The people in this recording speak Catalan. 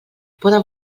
poden